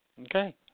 Okay